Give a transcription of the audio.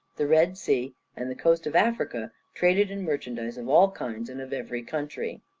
the red sea, and the coast of africa traded in merchandise of all kinds and of every country.